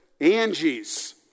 Angie's